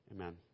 Amen